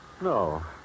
No